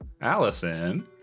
Allison